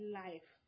life